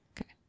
Okay